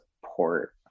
support